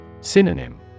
Synonym